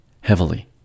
Heavily